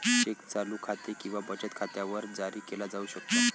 check चालू खाते किंवा बचत खात्यावर जारी केला जाऊ शकतो